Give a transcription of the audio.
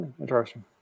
Interesting